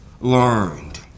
learned